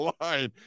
line